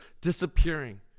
disappearing